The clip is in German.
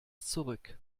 zurück